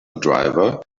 driver